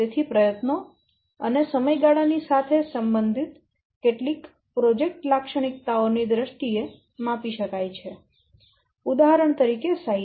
તેથી પ્રયત્નો અને સમયગાળા ની સાથે સંબંધિત કેટલીક પ્રોજેક્ટ લાક્ષણિકતાઓ ની દ્રષ્ટિએ માપી શકાય છે ઉદાહરણ તરીકે સાઈઝ